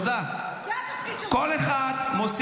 תודה רבה לך,